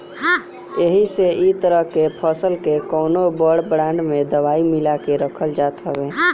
एही से इ तरह के फसल के कवनो बड़ ड्राम में दवाई मिला के रखल जात हवे